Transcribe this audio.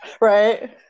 right